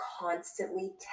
constantly